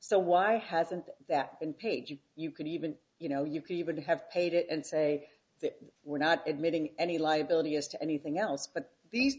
so why hasn't that been paid to you could even you know you could even have paid it and say we're not admitting any liability as to anything else but these